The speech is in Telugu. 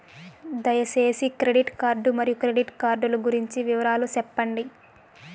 దయసేసి క్రెడిట్ కార్డు మరియు క్రెడిట్ కార్డు లు గురించి వివరాలు సెప్పండి?